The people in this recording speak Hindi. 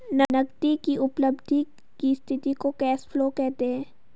नगदी की उपलब्धि की स्थिति को कैश फ्लो कहते हैं